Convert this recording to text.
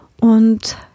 Und